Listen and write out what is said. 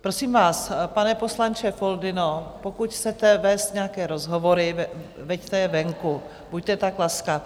Prosím vás, pane poslanče Foldyno, pokud chcete vést nějaké rozhovory, veďte je venku, buďte tak laskav.